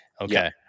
okay